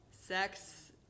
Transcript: sex